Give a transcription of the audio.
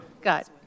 Got